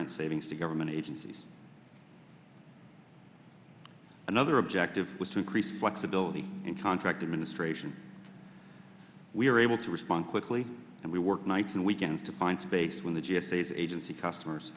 current savings to government agencies another objective was to increase flexibility in contract administration we were able to respond quickly and we worked nights and weekends to find space when the g s a the agency customers